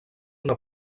una